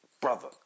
brother